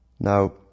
Now